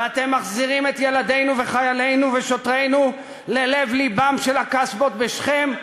ואתם מחזירים את ילדינו וחיילינו ושוטרינו ללב-לבן של הקסבות בשכם,